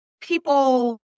people